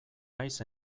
naiz